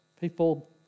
People